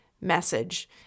message